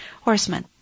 horsemen